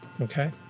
Okay